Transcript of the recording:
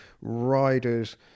riders